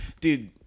Dude